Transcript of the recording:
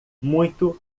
muito